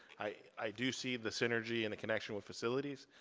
i do see the synergy and the connection with facilities,